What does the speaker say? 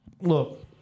look